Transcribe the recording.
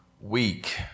week